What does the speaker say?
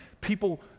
people